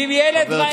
ואם ילד רעב,